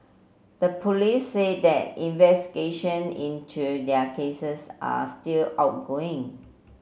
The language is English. the police said that investigation into their cases are still outgoing